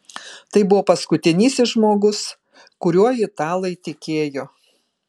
tai buvo paskutinysis žmogus kuriuo italai tikėjo